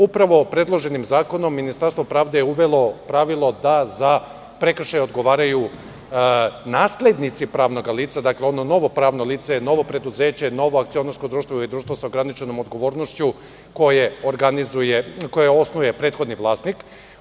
Upravo predloženim zakonom Ministarstvo pravde je uvelo pravilo da za prekršaj odgovaraju naslednici pravnog lica, dakle ono novo pravno lice, novo preduzeće, novo akcionarsko društvo ili društvo sa ograničenom odgovornošću, koje osnuje prethodni vlasnik.